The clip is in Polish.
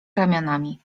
ramionami